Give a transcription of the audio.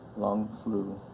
long flu,